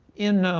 in, um,